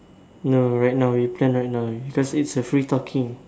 no right now we plan right now because it's a free talking